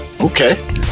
Okay